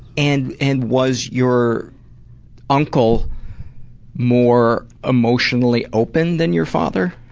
and and was your uncle more emotionally open than your father?